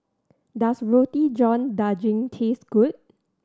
does Roti John Daging taste good